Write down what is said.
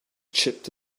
chipped